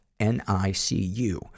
NICU